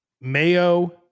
mayo